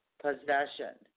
possession